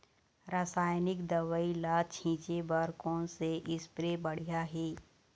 रासायनिक दवई ला छिचे बर कोन से स्प्रे बढ़िया हे?